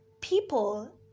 people